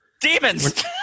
Demons